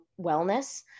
wellness